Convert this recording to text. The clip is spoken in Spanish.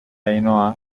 ainhoa